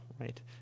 right